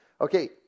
Okay